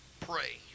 pray